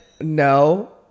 no